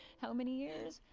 how many years?